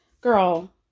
girl